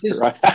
right